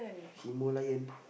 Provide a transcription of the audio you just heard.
Himalayan